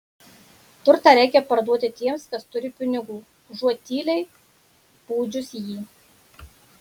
turtą reikia parduoti tiems kas turi pinigų užuot tyliai pūdžius jį